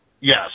Yes